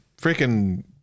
freaking